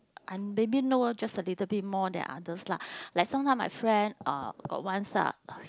I maybe know just a little bit more than others lah like sometime my friend uh got once ah